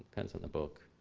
it depends on the book.